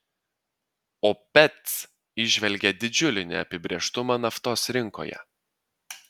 opec įžvelgia didžiulį neapibrėžtumą naftos rinkoje